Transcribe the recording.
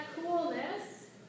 coolness